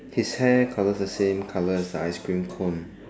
his hair colour is the same colour as the ice cream cone